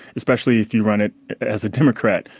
especially if you run it as a democrat,